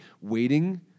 Waiting